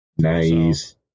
nice